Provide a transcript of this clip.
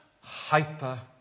hyper